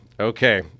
Okay